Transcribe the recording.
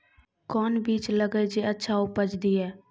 कोंन बीज लगैय जे अच्छा उपज दिये?